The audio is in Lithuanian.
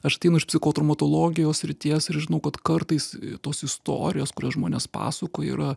aš ateinu iš psichotraumatologijos srities ir žinau kad kartais tos istorijos kurias žmonės pasakoja yra